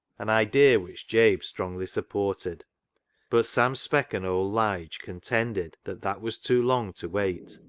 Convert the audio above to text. an idea which jabe strongly supported but sam speck and old lige' contented that that was too long to wait,